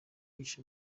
yishe